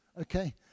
okay